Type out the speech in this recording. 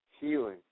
healing